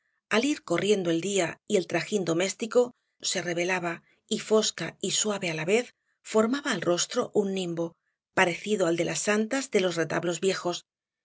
al ir corriendo el día y el trajín doméstico se rebelaba y fosca y suave á la vez formaba al rostro un nimbo parecido al de las santas de los retablos viejos y es que